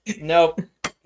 Nope